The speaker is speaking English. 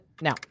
now